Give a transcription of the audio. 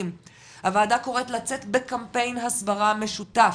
הועדה קוראת לצאת בקמפיין הסברה משותף,